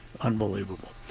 unbelievable